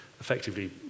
effectively